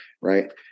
Right